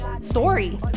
story